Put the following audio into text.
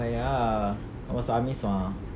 but ya kau masuk army sua